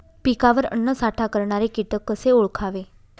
पिकावर अन्नसाठा करणारे किटक कसे ओळखावे?